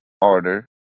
order